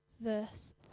Verse